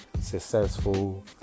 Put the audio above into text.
Successful